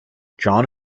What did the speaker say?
john